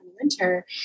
winter